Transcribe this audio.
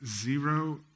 zero